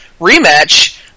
rematch